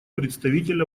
представитель